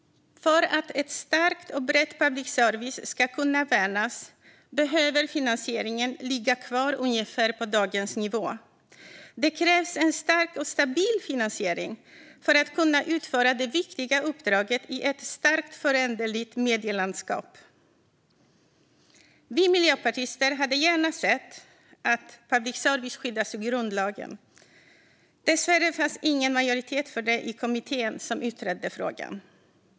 För att en stark och bred public service ska kunna värnas behöver finansieringen ligga kvar ungefär på dagens nivå. Det krävs en stark och stabil finansiering för att kunna utföra det viktiga uppdraget i ett starkt föränderligt medielandskap. Vi miljöpartister hade gärna sett att public service skyddades i grundlagen. Dessvärre fanns ingen majoritet för det i kommittén som utredde frågan.